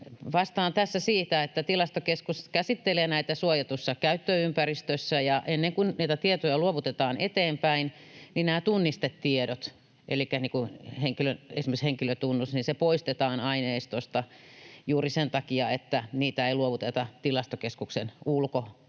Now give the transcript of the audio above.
Vastaan tässä siihen. Tilastokeskus käsittelee näitä suojatussa käyttöympäristössä, ja ennen kuin niitä tietoja luovutetaan eteenpäin, niin tunnistetiedot, elikkä esimerkiksi henkilötunnus, poistetaan aineistosta juuri sen takia, että niitä ei luovuteta Tilastokeskuksen ulkopuolelle.